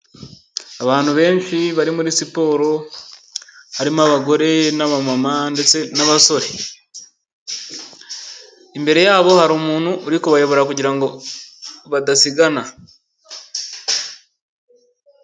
Abantu benshi bari muri siporo, harimo abagore n'abamama ndetse n'abasore. Imbere yabo hari umuntu uri kubayobora kugira ngo badasigana.